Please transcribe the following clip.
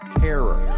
terror